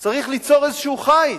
צריך ליצור איזה חיץ.